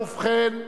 ובכן,